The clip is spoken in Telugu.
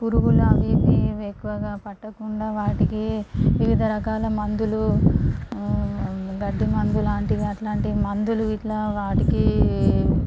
పురుగులు అవి ఇవి ఇవి ఎక్కువగా పట్టకుండా వాటికి వివిధ రకాల మందులు ఆ గట్టి మందులాంటివి అట్లాంటివి మందులు ఇట్లా వాటికి